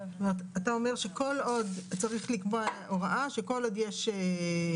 זאת אומרת את אתה אומר שצריך לקבוע הוראה שכל עוד יש --- מגיפה.